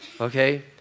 okay